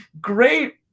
great